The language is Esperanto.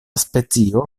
specio